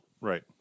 right